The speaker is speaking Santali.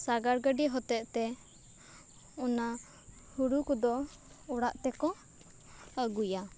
ᱥᱟᱜᱟᱲ ᱜᱟᱹᱰᱤ ᱦᱚᱛᱮᱫ ᱛᱮ ᱚᱱᱟ ᱦᱩᱲᱩ ᱠᱚᱫᱚ ᱚᱲᱟᱜ ᱛᱮᱠᱚ ᱟᱹᱜᱩᱭᱟ